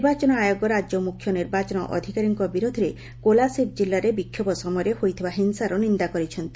ନିର୍ବାଚନ ଆୟୋଗ ରାଜ୍ୟ ମୁଖ୍ୟ ନିର୍ବାଚନ ଅଧିକାରୀଙ୍କ ବିରୋଧରେ କୋଲାସିବ୍ ଜିଲ୍ଲାରେ ବିକ୍ଷୋଭ ସମୟରେ ହୋଇଥିବା ହିଂସାର ନିନ୍ଦା କରିଛନ୍ତି